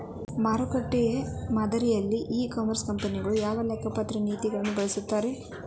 ಮಾರುಕಟ್ಟೆ ಮಾದರಿಯಲ್ಲಿ e commerce ಕಂಪನಿಗಳು ಯಾವ ಲೆಕ್ಕಪತ್ರ ನೇತಿಗಳನ್ನ ಬಳಸುತ್ತಾರಿ?